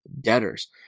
debtors